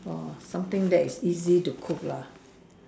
oh something that is easy to cook lah